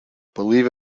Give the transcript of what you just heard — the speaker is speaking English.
believe